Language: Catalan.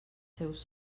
seus